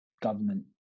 government